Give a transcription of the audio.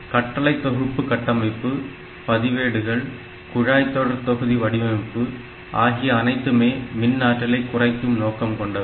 எனவே கட்டளை தொகுப்பு கட்டமைப்பு பதிவேடுகள் குழாய் தொடர் தொகுதி வடிவமைப்பு ஆகிய அனைத்துமே மின் ஆற்றலை குறைக்கும் நோக்கம் கொண்டவை